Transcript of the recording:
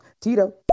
Tito